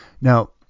now